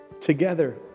together